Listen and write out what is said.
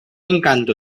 encanto